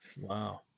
Wow